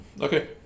okay